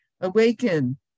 Awaken